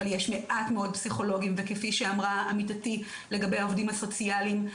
אבל יש מעט מאוד פסיכולוגים וכפי שאמרה עמיתתי לגבי העובדים הסוציאליים,